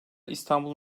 i̇stanbul